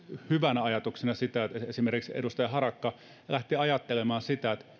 hyvänä ajatuksena sitä että esimerkiksi edustaja harakka lähti ajattelemaan